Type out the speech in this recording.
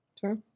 Sure